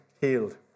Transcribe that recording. healed